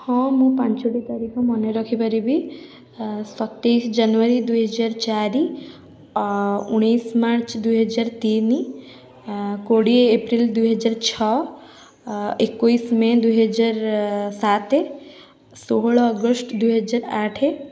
ହଁ ମୁଁ ପାଞ୍ଚଟି ତାରିଖ ମନେରଖିପାରିବି ଆ ସତେଇଶ ଜାନୁୟାରୀ ଦୁଇହଜାର ଚାରି ଉଣେଇଶ ମାର୍ଚ୍ଚ ଦୁଇହଜାର ତିନି ଆ କୋଡ଼ିଏ ଏପ୍ରିଲ ଦୁଇହଜାର ଛଅ ଆ ଏକୋଇଶ ମେ' ଦୁଇହଜାର ସାତ ଷୋହଳ ଅଗଷ୍ଟ ଦୁଇହଜାର ଆଠ